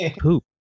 poop